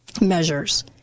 measures